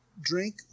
drink